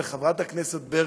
וחברת הכנסת ברקו,